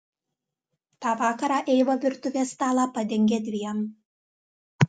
tą vakarą eiva virtuvės stalą padengė dviem